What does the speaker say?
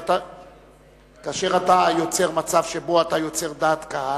יוצר דעת קהל,